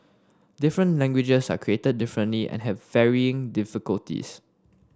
different languages are created differently and have varying difficulties